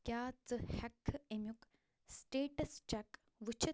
کیٛاہ ژٕ ہیٚکہِ کھا اَمیٛک سِٹیٹس چیٚک وُچتھ